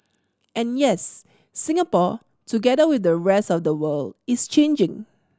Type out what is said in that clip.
and yes Singapore together with the rest of the world is changing